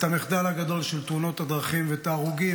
את המחדל הגדול של תאונות הדרכים ואת ההרוגים